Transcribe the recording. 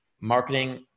marketing